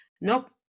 nope